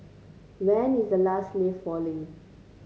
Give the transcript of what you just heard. when is the last leaf falling